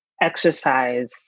exercise